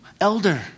elder